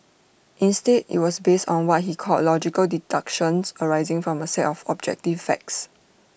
instead IT was based on what he called logical deductions arising from A set of objective facts